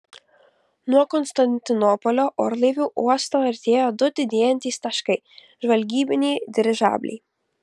nuo konstantinopolio orlaivių uosto artėjo du didėjantys taškai žvalgybiniai dirižabliai